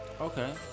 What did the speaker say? Okay